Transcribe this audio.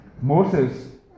Moses